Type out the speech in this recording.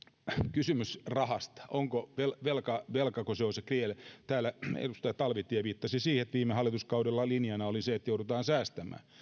kysymys rahasta velkako se on se ongelma täällä edustaja talvitie viittasi siihen että viime hallituskaudella linjana oli se että joudutaan säästämään